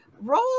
roll